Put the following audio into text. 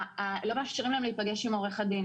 לא מאשרים להם להיפגש עם עורך הדין.